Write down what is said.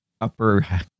upper